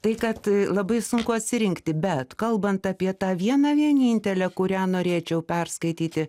tai kad labai sunku atsirinkti bet kalbant apie tą vieną vienintelę kurią norėčiau perskaityti